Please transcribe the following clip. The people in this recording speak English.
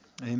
Amen